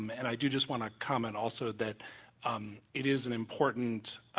um and i do just want to comment also that um it is an important